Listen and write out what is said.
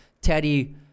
Teddy